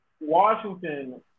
Washington